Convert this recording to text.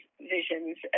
visions